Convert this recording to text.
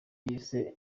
yise